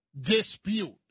dispute